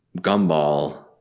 Gumball